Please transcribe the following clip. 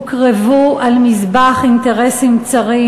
הוקרבו על מזבח אינטרסים צרים.